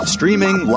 Streaming